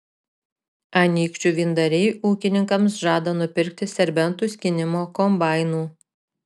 anykščių vyndariai ūkininkams žada nupirkti serbentų skynimo kombainų